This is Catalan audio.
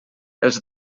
els